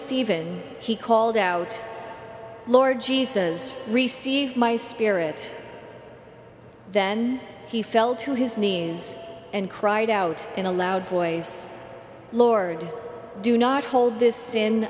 stephen he called out lord jesus receive my spirit then he fell to his knees and cried out in a loud voice lord do not hold this